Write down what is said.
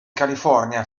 california